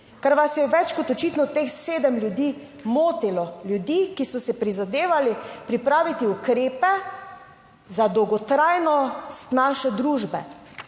ker vas je več kot očitno teh sedem ljudi motilo, ljudi, ki so si prizadevali pripraviti ukrepe za dolgotrajnost naše družbe,